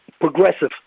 progressive